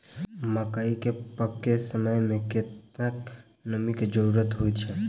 मकई केँ पकै समय मे कतेक नमी केँ जरूरत होइ छै?